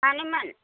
मानोमोन